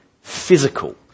physical